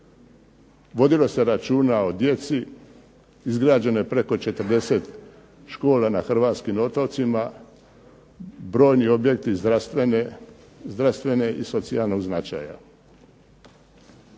Vodilo se računa o djeci. Izgrađeno je preko 40 škola na hrvatskim otocima, brojni objekti zdravstvene i socijalnog značaja.